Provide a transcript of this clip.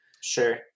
Sure